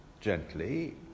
Gently